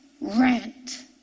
rent